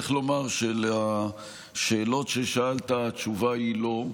צריך לומר שהתשובה על השאלות ששאלת היא לא,